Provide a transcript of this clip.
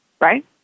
right